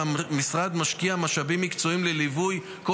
והמשרד משקיע משאבים מקצועיים בליווי כל